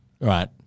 Right